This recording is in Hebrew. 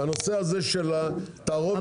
והנושא הזה של התערובת יטופל.